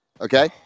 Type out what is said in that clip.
Okay